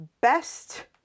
best